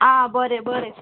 आ बरें बरें